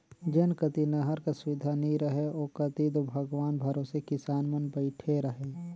जेन कती नहर कर सुबिधा नी रहें ओ कती दो भगवान भरोसे किसान मन बइठे रहे